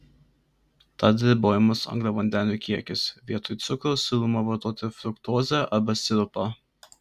tad ribojamas angliavandenių kiekis vietoj cukraus siūloma vartoti fruktozę arba sirupą